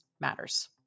matters